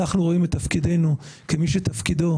אנחנו רואים אותנו כמי שתפקידו,